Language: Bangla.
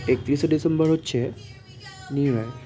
একত্রিশে ডিসেম্বর হচ্ছে নিউ ইয়ার